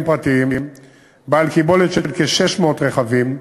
פרטיים בעל קיבולת של כ-600 רכבים.